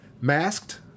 masked